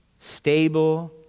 stable